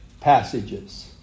passages